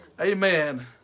amen